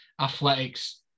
athletics